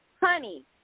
honey